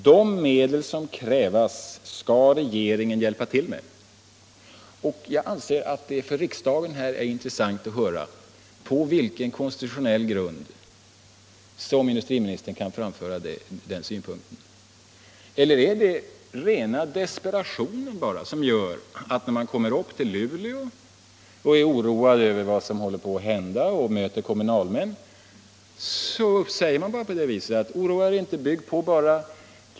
De medel som krävs skall regeringen hjälpa till med.” Då anser jag att det för riksdagen är intressant att höra: På vilken konstitutionell grund kan industriministern framföra sådana synpunkter? Eller är det kanske bara rena desperationen som gör att när industriministern kommer upp till Luleå och är oroad över vad som kommer att hända, så säger han bara till de kommunalmän han möter: Oroa er inte, bygg på bara.